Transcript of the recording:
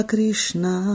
Krishna